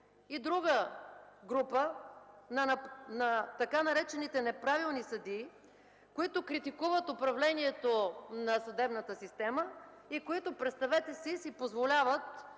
И друга група – на така наречените неправилни съдии, които критикуват управлението на съдебната система и които, представете си, си позволяват